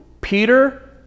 Peter